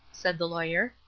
said the lawyer.